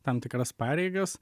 tam tikras pareigas